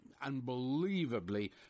Unbelievably